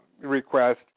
request